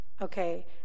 Okay